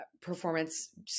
performance